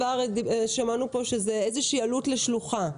שמענו פה שזו איזושהי עלות לשלוחה.